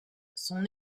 son